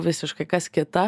visiškai kas kita